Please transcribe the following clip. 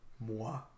Moi